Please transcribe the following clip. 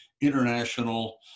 international